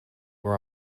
were